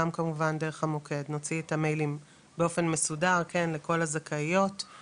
גם כמובן דרך המוקד נוציא את האימיילים באופן מסודר לכל הזכאיות,